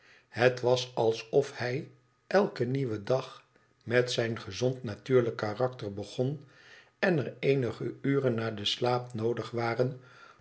het was alsof hij eiken nieuwen dag met zijn gezond natuurlijk karakter begon en er eenige uren na den slaap noodig waren